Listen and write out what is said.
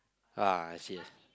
ah I see